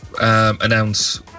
announce